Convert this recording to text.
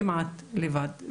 כמעט לבד,